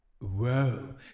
whoa